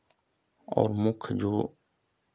और मुख्य जो